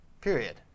period